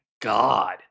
god